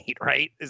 right